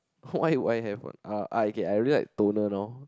why would I have what uh okay I really like toner now